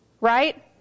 Right